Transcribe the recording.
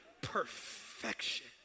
perfection